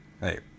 hey